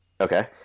Okay